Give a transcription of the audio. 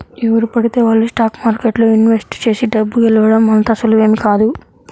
ఎవరు పడితే వాళ్ళు స్టాక్ మార్కెట్లో ఇన్వెస్ట్ చేసి డబ్బు గెలవడం అంత సులువేమీ కాదు